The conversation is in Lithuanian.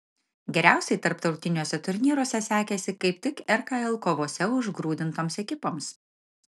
geriausiai tarptautiniuose turnyruose sekėsi kaip tik rkl kovose užgrūdintoms ekipoms